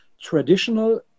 traditional